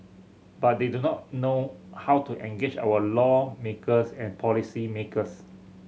but they do not know how to engage our lawmakers and policymakers